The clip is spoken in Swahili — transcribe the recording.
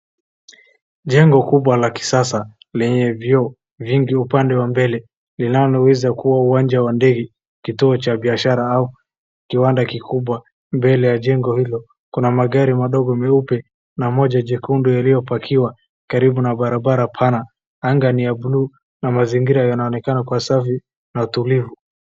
Jengo kubwa la kisasa lenye vioo vingi upande wa mbele, inayoweza kuwa uwanja wa ndege, kitua cha biashara au kiwanda kikubwa. Mbele ya jengo hilo kuna magari madogo meupe na moja jekundu yaliyo park-iwa karibu na barbara pana, Anga ni ya buluu na mazingira yanaonekana kuwa safi na tulivu.